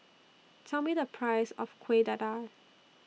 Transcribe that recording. Tell Me The Price of Kueh Dadar